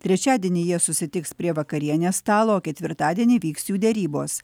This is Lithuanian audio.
trečiadienį jie susitiks prie vakarienės stalo ketvirtadienį vyks jų derybos